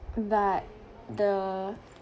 but the